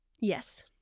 yes